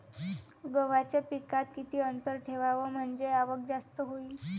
गव्हाच्या पिकात किती अंतर ठेवाव म्हनजे आवक जास्त होईन?